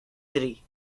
три